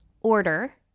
order